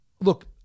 look